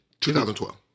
2012